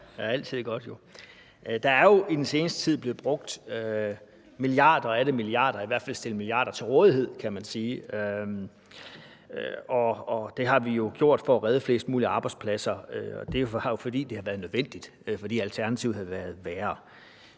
altid godt. Der er jo i den seneste tid blev brugt milliarder og atter milliarder – eller i hvert fald stillet milliarder af kroner til rådighed, kan man sige. Det har vi jo gjort for at redde flest muligt arbejdspladser, og det har vi jo gjort, fordi det har været nødvendigt, og fordi alternativet havde været værre.